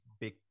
big